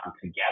together